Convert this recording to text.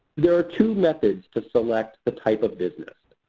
there are two methods to select the type of business.